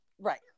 Right